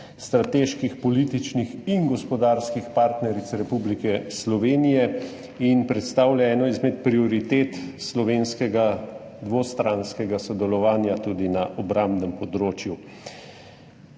strateških političnih in gospodarskih partneric Republike Slovenije in predstavlja eno izmed prioritet slovenskega dvostranskega sodelovanja tudi na obrambnem področju.